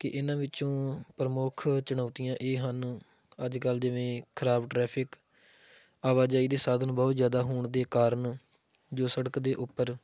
ਕਿ ਇਹਨਾਂ ਵਿੱਚੋਂ ਪ੍ਰਮੁੱਖ ਚੁਣੌਤੀਆਂ ਇਹ ਹਨ ਅੱਜ ਕੱਲ੍ਹ ਜਿਵੇਂ ਖ਼ਰਾਬ ਟ੍ਰੈਫਿਕ ਆਵਾਜਾਈ ਦੇ ਸਾਧਨ ਬਹੁਤ ਜ਼ਿਆਦਾ ਹੋਣ ਦੇ ਕਾਰਨ ਜੋ ਸੜਕ ਦੇ ਉੱਪਰ